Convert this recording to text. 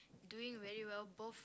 doing very well both